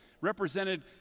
represented